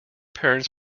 parents